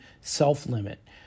self-limit